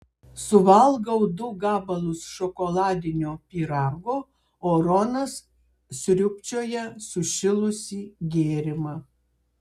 suvalgau du gabalus šokoladinio pyrago o ronas sriubčioja sušilusį gėrimą